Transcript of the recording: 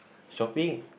shopping